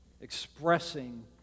expressing